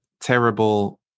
terrible